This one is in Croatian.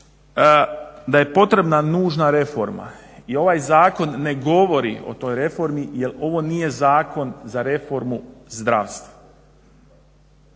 da je potrebna nužna reforma. I ovaj zakon ne govori o toj reformi jel ovo nije zakon za reformu zdravstva.